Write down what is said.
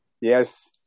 Yes